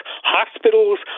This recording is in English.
hospitals